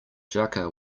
jaka